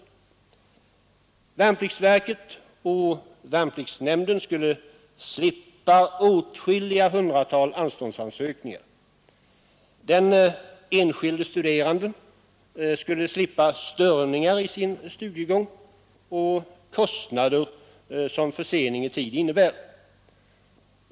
Värnpliktsverket och värnpliktsnämnden skulle slippa åtskilliga hundratal anståndsansökningar. Den enskilde studeranden skulle slippa störningar i sin studiegång och de kostnader som försening innebär.